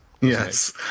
Yes